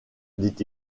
dit